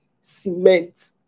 cement